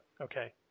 okay